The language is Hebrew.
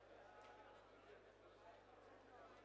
מזכירת הכנסת,